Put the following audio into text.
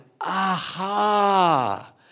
aha